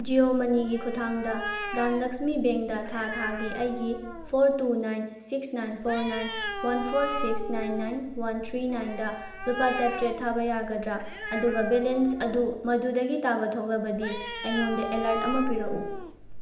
ꯖꯤꯑꯣ ꯃꯅꯤꯒꯤ ꯈꯨꯊꯥꯡꯗ ꯗꯥꯟ ꯂꯛꯁꯃꯤ ꯕꯦꯡꯗ ꯊꯥ ꯊꯥꯒꯤ ꯑꯩꯒꯤ four two nine six nine four nine one four six nine nine one three ꯅꯥꯏꯟꯗ ꯂꯨꯄꯥ ꯆꯥꯇ꯭ꯔꯦꯠ ꯊꯥꯕ ꯌꯥꯒꯗ꯭ꯔꯥ ꯑꯗꯨꯒ ꯕꯦꯂꯦꯟꯁ ꯑꯗꯨ ꯃꯗꯨꯗꯒꯤ ꯇꯥꯕ ꯊꯣꯛꯂꯕꯗꯤ ꯑꯩꯉꯣꯟꯗ ꯑꯦꯂꯔꯠ ꯑꯃ ꯄꯤꯔꯛꯎ